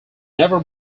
never